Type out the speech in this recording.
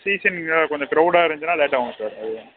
சீசன்னு கொஞ்சம் கிரௌடாக இருந்துச்சுனால் லேட் ஆகும் சார் அதுதான்